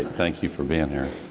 thank you for being here.